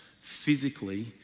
physically